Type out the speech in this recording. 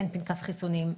אין פנקס חיסונים,